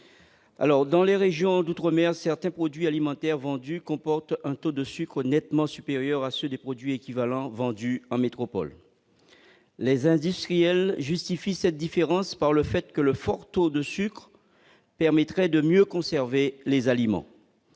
Dans les régions d'outre-mer, certains produits alimentaires vendus comportent un taux de sucre nettement supérieur à ceux des produits équivalents vendus en métropole. Les industriels justifient cette différence par le fait que le fort taux de sucre permettrait de mieux conserver les aliments.